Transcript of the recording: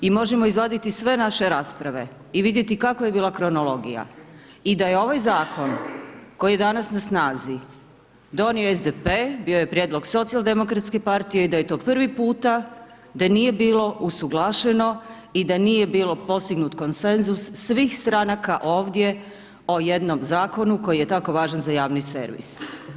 I možemo izvaditi sve naše rasprave i vidjeti kakva je bila kronologija i da je ovaj zakon koji je danas na snazi donio SDP, bio je prijedlog Socijaldemokratske partije i da je to prvi puta da nije bilo usuglašeno i da nije bio postignut konsenzus svih stranaka ovdje o jednom zakonu koji je tako važan za javni servis.